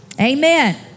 Amen